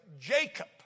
Jacob